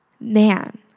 man